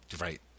Right